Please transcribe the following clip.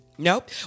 Nope